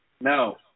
No